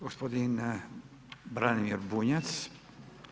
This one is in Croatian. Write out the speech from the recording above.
Gospodin Branimir Bunjac.